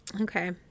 Okay